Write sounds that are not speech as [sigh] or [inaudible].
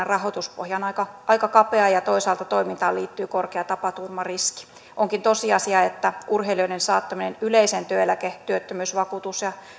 [unintelligible] rahoituspohja on aika aika kapea ja ja toisaalta toimintaan liittyy korkea tapaturmariski onkin tosiasia että urheilijoiden saattaminen yleisen työeläke työttömyysvakuutus ja